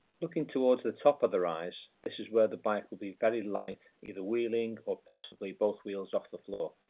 looking towards the top of the rise this is where the bike will be very light either wheeling or possibly both wheels off the floor,